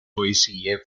poesie